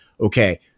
okay